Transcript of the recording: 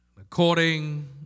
According